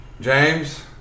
James